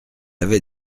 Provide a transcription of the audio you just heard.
avait